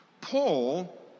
Paul